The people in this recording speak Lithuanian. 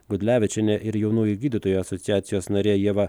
gudlevičienė ir jaunųjų gydytojų asociacijos narė ieva